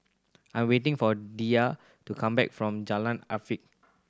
I'm waiting for Diya to come back from Jalan Afifi